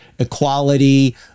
equality